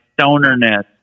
stonerness